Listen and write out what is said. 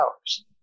hours